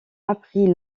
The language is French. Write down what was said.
appris